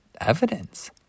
evidence